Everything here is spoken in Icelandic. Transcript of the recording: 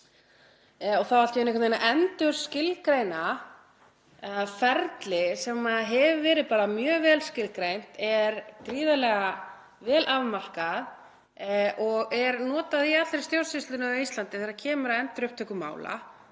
Það á allt í einu að endurskilgreina ferli sem hefur verið mjög vel skilgreint, er gríðarlega vel afmarkað og er notað í allri stjórnsýslunni á Íslandi þegar kemur að endurupptöku mála.